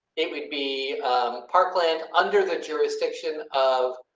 it would be parkland under the jurisdiction of.